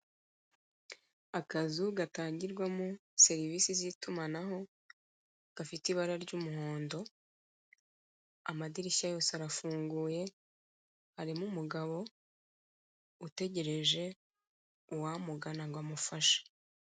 Akazu gatangirwamo serivisi z'itumanaho, gafite ibara ry'umuhondo, amadirishya yose arafunguye, harimo umugabo utegereje uwamugana ngo amufashe.